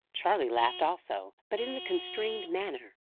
charley laughed also, but in a constrained manner.